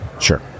Sure